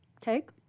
take